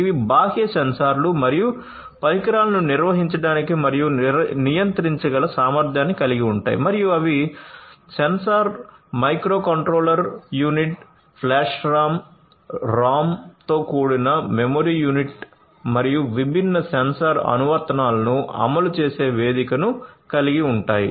ఇవి బాహ్య సెన్సార్లు మరియు పరికరాలను నిర్వహించడానికి మరియు నియంత్రించగల సామర్థ్యాన్ని కలిగి ఉంటాయి మరియు అవి sensor microcontroller unit flash RAM ROM తో కూడిన మెమరీ యూనిట్ మరియు విభిన్న సెన్సార్ అనువర్తనాలను అమలు చేసే వేదికను కలిగి ఉంటాయి